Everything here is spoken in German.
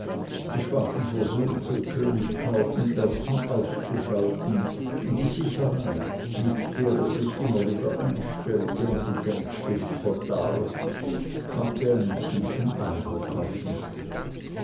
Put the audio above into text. die schwachen versuche könig karl i auszuschalten und die sicherheit mit der er sich immer wieder einstellte und die denkschrift verdarb machten einen tiefen eindruck auf mich